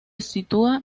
sitúa